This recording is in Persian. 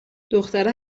دختره